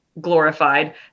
glorified